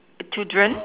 children